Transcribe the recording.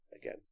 Again